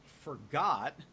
forgot